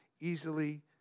easily